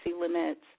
limits